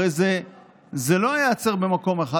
הרי זה לא ייעצר במקום אחד,